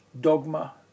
dogma